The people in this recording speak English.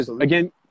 again